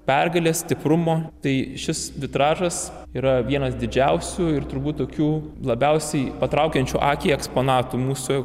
pergalės stiprumo tai šis vitražas yra vienas didžiausių ir turbūt tokių labiausiai patraukiančių akį eksponatų mūsų